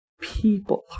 people